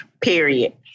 Period